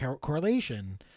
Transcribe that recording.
correlation